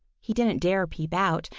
he didn't dare peep out.